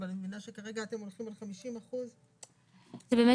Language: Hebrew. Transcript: אבל אני מבינה שכרגע אתם הולכים על 50%. זו באמת